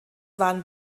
waren